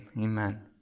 amen